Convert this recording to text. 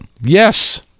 Yes